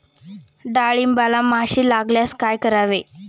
डाळींबाला माशी लागल्यास काय करावे?